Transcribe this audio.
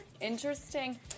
Interesting